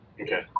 Okay